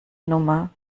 nummer